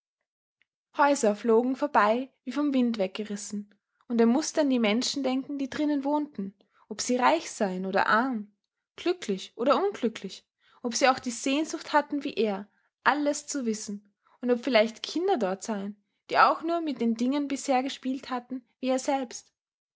häuser flogen vorbei wie vom wind weggerissen und er mußte an die menschen denken die drinnen wohnten ob sie reich seien oder arm glücklich oder unglücklich ob sie auch die sehnsucht hatten wie er alles zu wissen und ob vielleicht kinder dort seien die auch nur mit den dingen bisher gespielt hatten wie er selbst